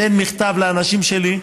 תן מכתב לאנשים שלי,